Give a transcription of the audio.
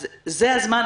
אז זה הזמן,